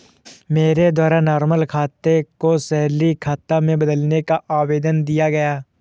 मेरे द्वारा नॉर्मल खाता को सैलरी खाता में बदलने का आवेदन दिया गया